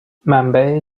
منبع